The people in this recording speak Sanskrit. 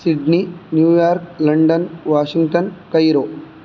Sydney New York London Washington Cairo